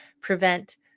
prevent